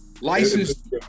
License